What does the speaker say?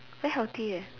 very healthy eh